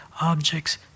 objects